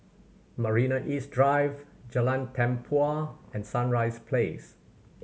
Marina East Drive Jalan Tempua and Sunrise Place